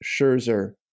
Scherzer